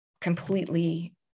completely